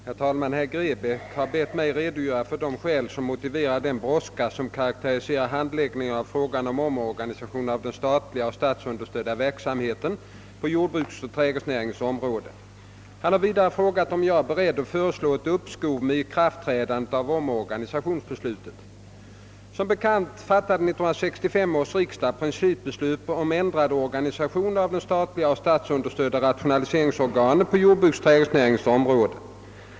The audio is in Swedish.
Herr talman! Herr Grebäck har bett mig redogöra för de skäl som motiverar den brådska, som karakteriserar handläggningen av frågan om omorganisationen av den statliga och statsunderstödda verksamheten på jordbrukets och trädgårdsnäringens område. Han har vidare frågat mig, om jag är beredd att föreslå ett uppskov med ikraftträdandet av omorganisationsbeslutet, Som bekant fattade 1965 års riksdag principbeslut om ändrad organisation av de statliga och statsunderstödda rationaliseringsorganen på jordbrukets och trädgårdsnäringens område.